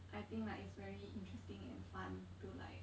I think like it's very interesting and fun to like